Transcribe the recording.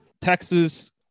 Texas